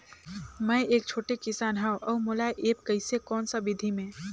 मै एक छोटे किसान हव अउ मोला एप्प कइसे कोन सा विधी मे?